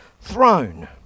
throne